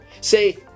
say